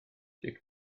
dic